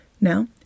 Now